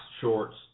shorts